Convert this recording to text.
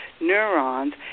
neurons